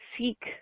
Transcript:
seek